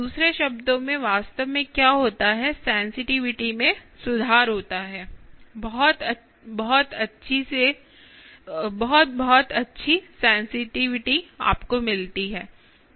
दूसरे शब्दों में वास्तव में क्या होता है सेंसिटिविटी में सुधार होता है बहुत बहुत अच्छी सेंसिटिविटी आपको मिलती है